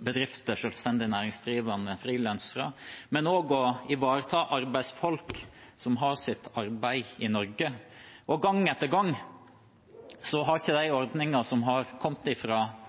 bedrifter, selvstendig næringsdrivende og frilansere og også for å ivareta arbeidsfolk som har sitt arbeid i Norge. Gang etter gang har de ordningene som har kommet